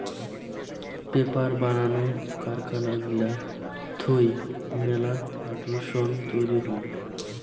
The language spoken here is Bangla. পেপার বানানো কারখানা গিলা থুই মেলা দূষণ তৈরী হই